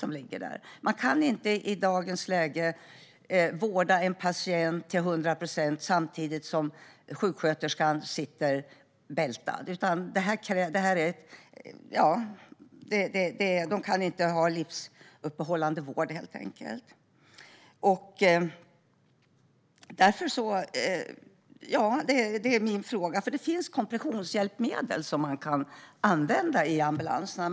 Sjuksköterskan kan inte i dagens läge vårda en patient till hundra procent samtidigt som hon är bältad. Det går inte att utföra livsuppehållande vård. Det finns kompressionshjälpmedel som man kan använda i ambulanserna.